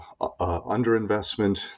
underinvestment